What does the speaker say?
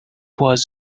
was